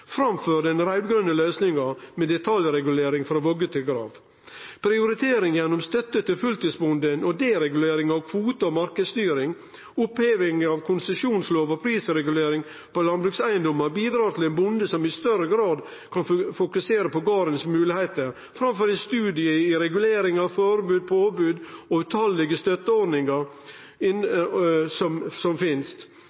framfor den raud-grøne løysinga med detaljregulering frå vogge til grav. Prioritering gjennom støtte til fulltidsbonden og deregulering av kvotar og marknadsstyring, oppheving av konsesjonslov og prisregulering på landbrukseigedomar bidreg til ein bonde som i større grad kan fokusere på gardens moglegheiter framfor ein studie i reguleringar, forbod, påbod og utallege støtteordningar